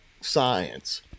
science